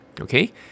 okay